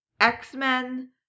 X-Men